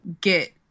get